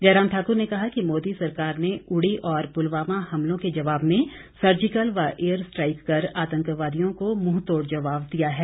जयराम ठाक्र ने कहा कि मोदी सरकार ने उड़ी और पुलवामा हमलों के जवाब में सर्जिकल व एयर स्ट्राइक कर आतंकवादियों को मुंहतोड़ जवाब दिया है